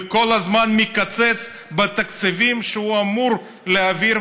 וכל הזמן הוא מקצץ בתקציבים שהוא אמור להעביר,